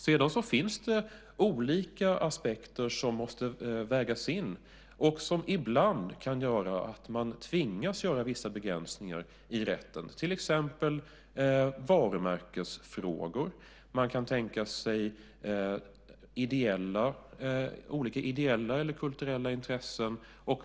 Det finns olika aspekter som måste vägas in, och som ibland kan innebära att man tvingas göra vissa begränsningar i rätten. Det kan till exempel vara varumärkesfrågor. Man kan tänka sig olika ideella och kulturella intressen.